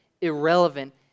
irrelevant